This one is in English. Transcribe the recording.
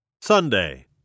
Sunday